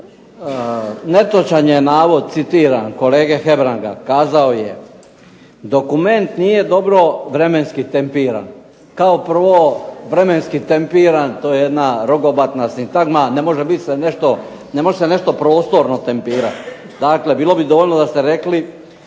Netočan je navod kolege Hebranga, kazao je "dokument nije dobro vremenski tempiran". Kao prvo vremenski tempiran to je jedan rogobatna sintagma. Ne može se nešto prostorno tempirati. Dakle, bilo bi dobro da ste rekli